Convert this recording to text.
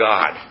God